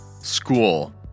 school